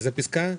איזו פסקה?